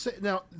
now